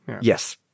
Yes